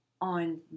On